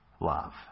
love